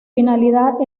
finalidad